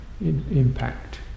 impact